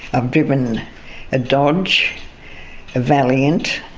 i've driven a dodge, a valiant,